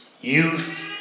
youth